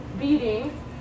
beating